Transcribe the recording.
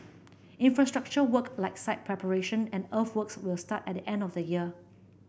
infrastructure work like site preparation and earthworks will start at the end of this year